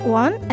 one